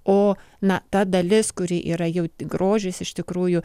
o na ta dalis kuri yra jau tik grožis iš tikrųjų